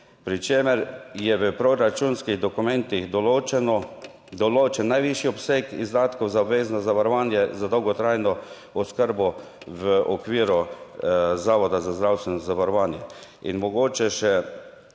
pri čemer je v proračunskih dokumentih določen najvišji obseg izdatkov za obvezno zavarovanje za dolgotrajno oskrbo v okviru Zavoda za zdravstveno zavarovanje. In mogoče še,